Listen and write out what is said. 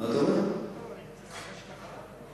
משק החלב?